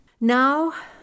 Now